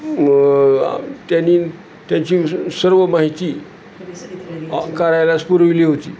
मग त्यानी त्याची सर्व माहिती कार्यालयास पुरविली होती